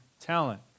talent